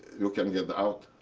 you can get out.